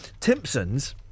Timpsons